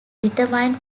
determined